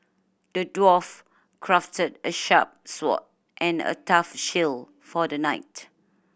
the dwarf crafted a sharp sword and a tough shield for the knight